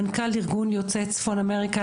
מנכ"ל ארגון צפון אמריקה,